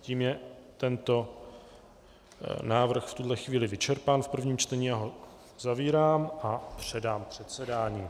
Tím je tento návrh v tuhle chvíli vyčerpán v prvním čtení, já ho zavírám a předám předsedání.